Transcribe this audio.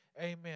Amen